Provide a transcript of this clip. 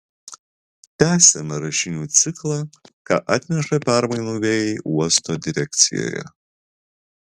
tęsiame rašinių ciklą ką atneša permainų vėjai uosto direkcijoje